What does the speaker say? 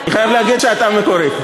אני חייב להגיד שאתה מקורי.